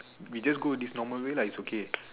we just go this normal way lah it's okay